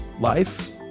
life